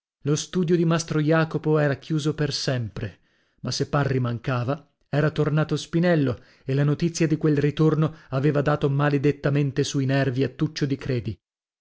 lo studio di mastro jacopo era chiuso per sempre ma se parri mancava era tornato spinello e la notizia di quel ritorno aveva dato maledettamente sui nervi a tuccio di credi